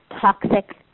toxic